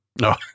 No